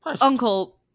Uncle